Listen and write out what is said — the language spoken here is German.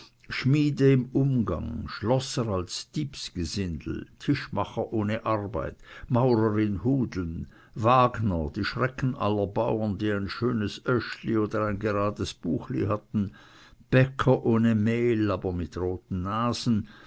schmiede im umgang schlosser als diebsgesindel tischmacher ohne arbeit maurer in hudeln wagner die schrecken aller bauern die ein schönes öschli oder ein gerades buchli hatten bäcker ohne mehl aber mit roten nasen